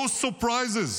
no surprises.